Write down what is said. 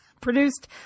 produced